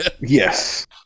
Yes